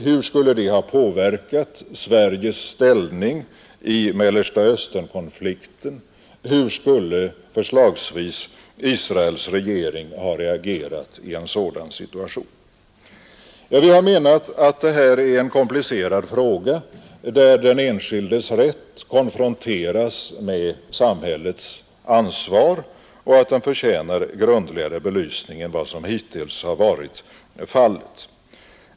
Hur skulle det ha påverkat Sveriges ställning i Mellerstaösternkonflikten? Hur skulle förslagsvis Israels regering ha reagerat i en sådan situation? Vi har menat att detta är en komplicerad fråga, där den enskildes rätt konfronteras med samhällets ansvar, och att den förtjänar en grundligare belysning än vad som hittills varit fallet.